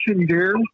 dear